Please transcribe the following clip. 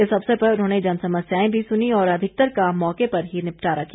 इस अवसर पर उन्होंने जनसमस्याएं भी सुनी और अधिकतर का मौके पर ही निपटारा किया